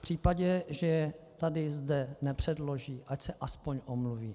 V případě, že je zde nepředloží, ať se aspoň omluví.